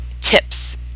tips